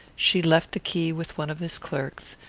she left the key with one of his clerks,